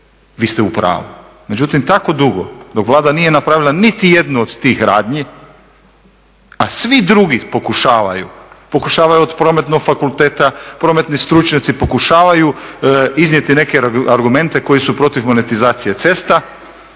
vi ste u pravu. Međutim, tako dugo dok Vlada nije napravila nitijednu od tih radnji, a svi drugi pokušavaju, pokušavaju od Prometnog fakulteta, prometni stručnjaci pokušavaju iznijeti neke argumente koji su protiv monetizacije cesta,